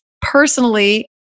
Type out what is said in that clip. personally